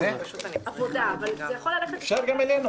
אעשה זאת בקצרה, אדוני.